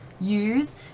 use